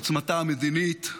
עוצמתה המדינית,